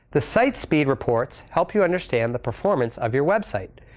the site speed reports help you understand the performance of your website.